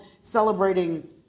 celebrating